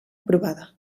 aprovada